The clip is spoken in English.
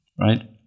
right